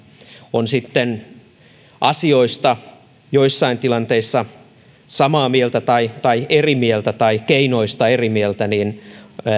on sitten asioista joissain tilanteissa samaa mieltä tai tai eri mieltä tai keinoista eri mieltä niin